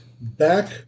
back